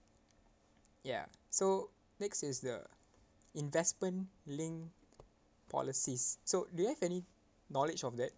ya so next is the investment linked policies so do you have any knowledge of that